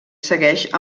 segueix